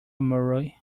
monroe